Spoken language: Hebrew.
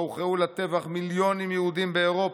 בה הוכרעו לטבח מיליונים יהודים באירופה,